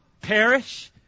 perish